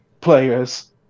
Players